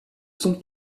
son